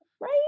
right